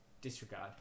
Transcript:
Disregard